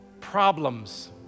problems